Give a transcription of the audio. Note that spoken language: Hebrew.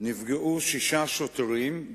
נפגעו שישה שוטרים,